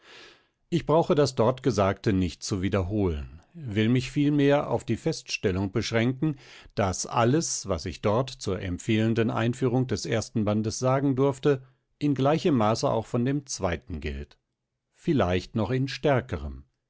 ich brauche das dort gesagte nicht zu wiederholen will mich vielmehr auf die feststellung beschränken daß alles was ich dort zur empfehlenden einführung des ersten bandes sagen durfte in gleichem maße auch von dem zweiten gilt vielleicht in noch stärkerem